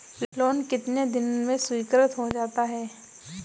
Loan कितने दिन में स्वीकृत हो जाता है?